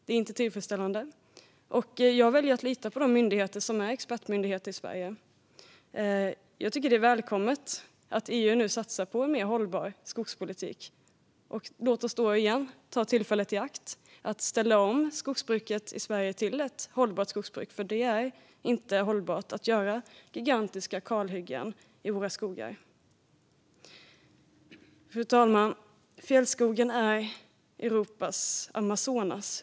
Det är inte tillfredsställande. Jag väljer att lita på de myndigheter som är expertmyndigheter i Sverige. Jag tycker att det är välkommet att EU nu satsar på en mer hållbar skogspolitik. Låt oss då ta tillfället i akt att ställa om skogsbruket i Sverige till ett hållbart skogsbruk. Det är inte hållbart att göra gigantiska kalhyggen i våra skogar. Fru talman! Fjällskogen är Europas Amazonas.